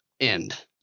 end